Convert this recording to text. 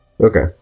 okay